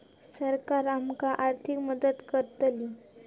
सरकार आमका आर्थिक मदत करतली?